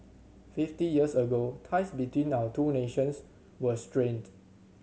fifty years ago ties between our two nations were strained